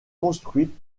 construite